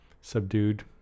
subdued